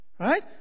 Right